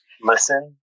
listen